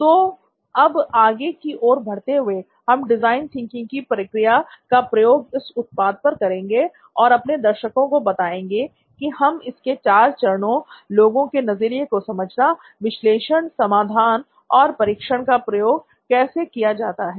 तो अब आगे की ओर बढ़ते हुए हम डिजाइन थिंकिंग की प्रक्रिया का प्रयोग इस उत्पाद पर करेंगे और अपने दर्शकों को बताएंगे कि हम इसके चार चरणों लोगों के नजरिए को समझना विश्लेषण समाधान और परीक्षण का प्रयोग कैसे किया जाता है